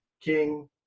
King